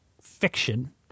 fiction